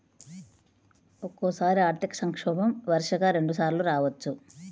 ఒక్కోసారి ఆర్థిక సంక్షోభం వరుసగా రెండుసార్లు రావచ్చు